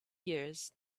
years